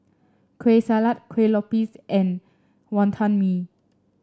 Kueh Salat Kuih Lopes and Wonton Mee